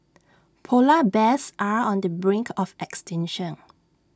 Polar Bears are on the brink of extinction